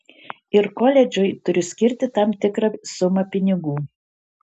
ir koledžui turiu skirti tam tikrą sumą pinigų